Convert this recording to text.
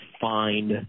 find